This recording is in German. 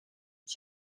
ich